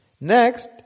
Next